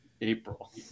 April